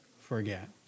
forget